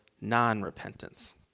non-repentance